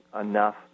enough